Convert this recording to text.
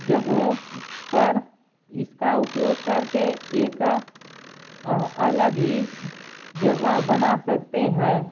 जगहों पर इसका उपयोग करके एक अलग ही जगह बना सकलते हैं